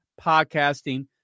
podcasting